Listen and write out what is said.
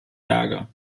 berge